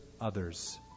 others